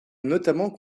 notamment